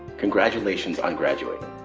congratulations on graduating.